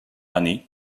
année